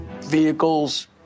vehicles